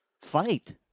fight